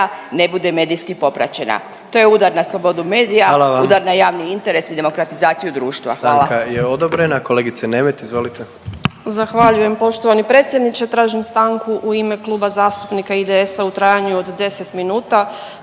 ne bude medijski popraćena. To je udar na slobodu medija, udar na javni interes. Javnost ima pravo